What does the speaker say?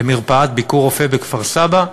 למרפאת "ביקורופא" בכפר-סבא,